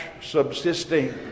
subsisting